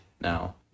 now